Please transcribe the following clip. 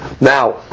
now